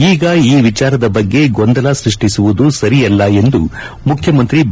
ಈಗ ಈ ವಿಚಾರದ ಬಗ್ಗೆ ಗೊಂದಲ ಸೃಷ್ಠಿಸುವುದು ಸರಿಯಲ್ಲ ಎಂದು ಮುಖ್ಯಮಂತ್ರಿ ಬಿ